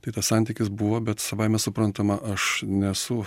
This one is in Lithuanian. tai tas santykis buvo bet savaime suprantama aš nesu